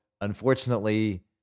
unfortunately